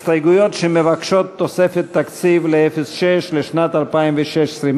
הסתייגויות שמבקשות תוספת תקציב ל-06 לשנת התקציב 2016,